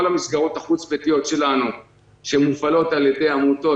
כל המסגרות החוץ-ביתיות שלנו שמופעלות על ידי עמותות,